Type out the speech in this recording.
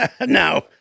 No